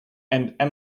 and